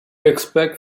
expect